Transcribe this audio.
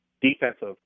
defensive